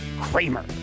Kramer